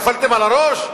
נפלתם על הראש?